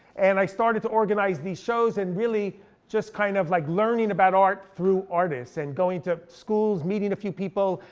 and i started to organize these shows, and really just kind of like learning about art through artists, and going to schools, meeting a few people,